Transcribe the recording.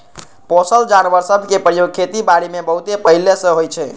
पोसल जानवर सभ के प्रयोग खेति बारीमें बहुते पहिले से होइ छइ